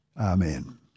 Amen